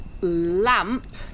lamp